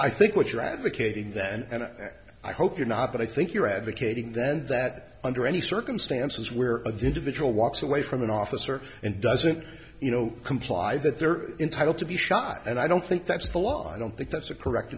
i think what you're advocating that and i hope you're not but i think you're advocating then that under any circumstances where a individual walks away from an officer and doesn't you know comply that they're entitled to be shot and i don't think that's the law i don't think that's a correct